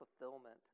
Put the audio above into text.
fulfillment